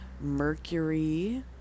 mercury